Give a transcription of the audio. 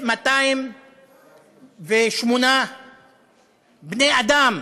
1,208 בני אדם,